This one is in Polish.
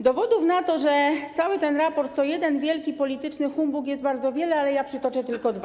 Dowodów na to, że cały ten raport to jeden wielki polityczny humbug, jest bardzo wiele, ale ja przytoczę tylko dwa.